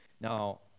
Now